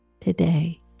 today